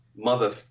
mother